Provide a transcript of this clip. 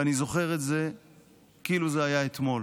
ואני זוכר את זה כאילו זה היה אתמול,